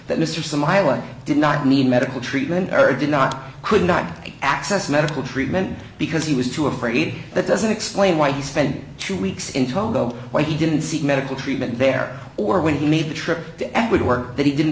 that mr smiley did not need medical treatment or did not could not access medical treatment because he was too afraid that doesn't explain why he spent two weeks in togo why he didn't seek medical treatment there or when he made the trip to edward work that he didn't